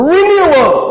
Renewal